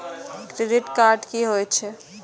Debit card की होय छेय?